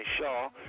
Shaw